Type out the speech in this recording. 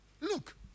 Look